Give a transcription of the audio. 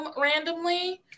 randomly